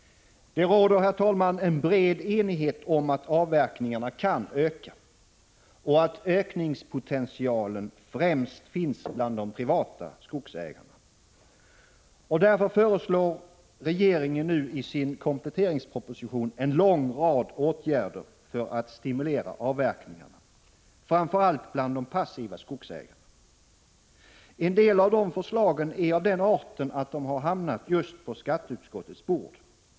Det råder, herr talman, en bred enighet om att avverkningarna kan öka, och att ökningspotentialen främst finns bland de privata skogsägarna. Därför föreslår regeringen nu i sin kompletteringsproposition en lång rad åtgärder för att stimulera avverkningarna, framför allt bland de passiva skogsägarna. En del av de förslagen är av den arten att de har hamnat på skatteutskottets bord.